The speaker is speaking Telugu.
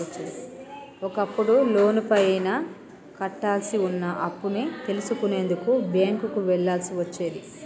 ఒకప్పుడు లోనుపైన కట్టాల్సి వున్న అప్పుని తెలుసుకునేందుకు బ్యేంకుకి వెళ్ళాల్సి వచ్చేది